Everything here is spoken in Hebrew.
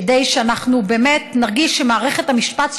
כדי שאנחנו באמת נרגיש שמערכת המשפט,